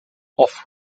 off